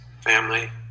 family